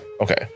okay